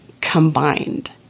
combined